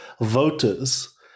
voters